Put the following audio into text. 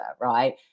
right